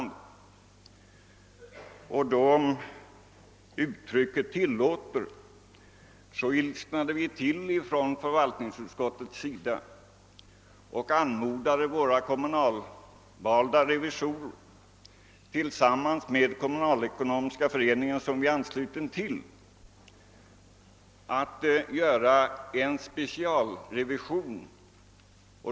Då, om uttrycket tillåts, ilsknade vi till inom förvaltningsutskottet och anmodade våra kommunalvalda revisorer och Kommunalekonomiska föreningen som vi är anslutna till att göra en specialrevision.